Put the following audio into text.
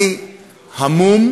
אני המום